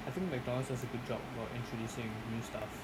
I think McDonald's does a good job while introducing new stuff